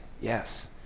Yes